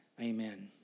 amen